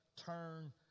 turn